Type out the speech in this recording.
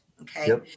Okay